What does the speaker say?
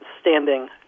standing